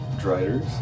Dryers